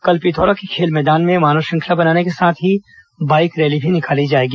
कल पिथौरा के खेल मैदान में मानव श्रृंखला बनाने के साथ ही बाईक रैली भी निकाली जाएगी